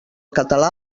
català